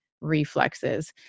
reflexes